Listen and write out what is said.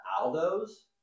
Aldo's